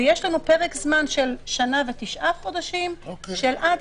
ויש לנו פרק זמן של שנה ותשעה חודשים שעד